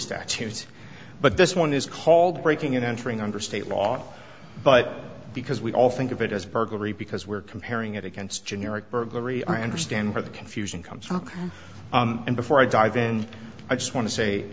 statute but this one is called breaking and entering under state law but because we all think of it as a burglary because we're comparing it against generic burglary i understand where the confusion comes from and before i dive in i just want to say